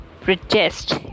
protest